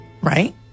right